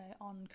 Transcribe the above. on